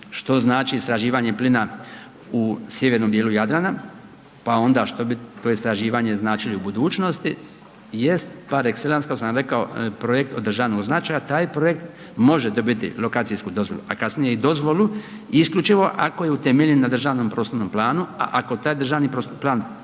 što znači istraživanje plina u sjevernom dijelu Jadrana, pa onda što bi to istraživanje značilo u budućnosti, jest par exelance kada sam rekao projekt od državnog značaja, taj projekt može dobiti lokacijsku dozvolu a kasnije i dozvolu isključivo ako je utemeljen na državnom prostornom planu, a ako taj državni plan